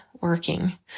working